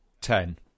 Ten